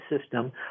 system